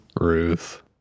Ruth